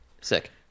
Sick